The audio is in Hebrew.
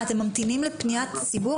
מה, אתם ממתינים לפניית הציבור?